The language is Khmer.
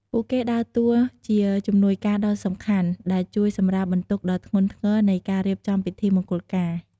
ពួកគេដើរតួជាជំនួយការដ៏សំខាន់ ដែលជួយសម្រាលបន្ទុកដ៏ធ្ងន់ធ្ងរនៃការរៀបចំពិធីមង្គលការ។